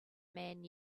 man